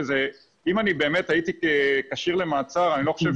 אם אני באמת הייתי כשיר למעצר אני לא חושב